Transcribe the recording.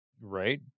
Right